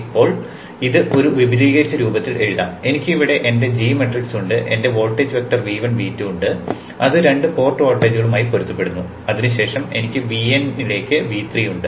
ഇപ്പോൾ ഇത് ഒരു വിപുലീകരിച്ച രൂപത്തിൽ എഴുതാം എനിക്ക് ഇവിടെ എന്റെ g മാട്രിക്സ് ഉണ്ട് എന്റെ വോൾട്ടേജ് വെക്റ്റർ V1 V2 ഉണ്ട് അത് രണ്ട് പോർട്ട് വോൾട്ടേജുകളുമായി പൊരുത്തപ്പെടുന്നു അതിനുശേഷം എനിക്ക് Vn ലേക്ക് V3 ഉണ്ട്